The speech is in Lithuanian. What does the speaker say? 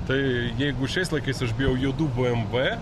tai jeigu šiais laikais aš bijau juodų bmv